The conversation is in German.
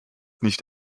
nicht